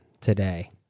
today